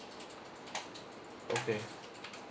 okay